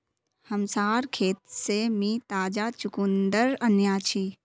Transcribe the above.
हमसार खेत से मी ताजा चुकंदर अन्याछि